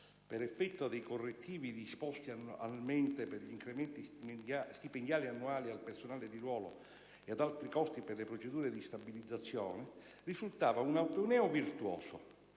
per effetto dei correttivi disposti annualmente per gli incrementi stipendiali annuali al personale di ruolo e ad altri costi per le procedure di stabilizzazione, risultava essere un ateneo virtuoso